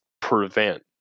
prevent